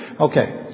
Okay